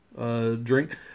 drink